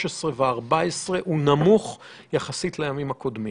וה-14 הוא נמוך יחסית לימים קודמים.